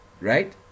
right